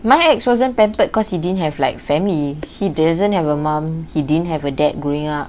my ex wasn't pampered because he didn't have like family he doesn't have a mom he didn't have a dad growing up